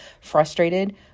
frustrated